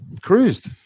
Cruised